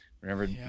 Remember